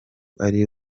ari